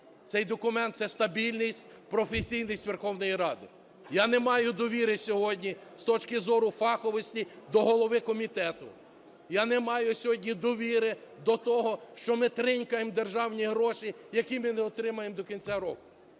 Цей документ – це стабільність, професійність Верховної Ради. Я не маю довіри сьогодні з точки зору фаховості до голови комітету. Я не маю сьогодні довіри до того, що ми тринькаємо державні гроші, які ми не отримаємо до кінця року.